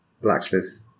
blacksmith